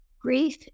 Grief